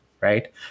right